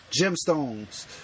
Gemstones